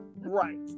right